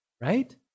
right